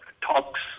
talks